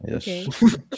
Yes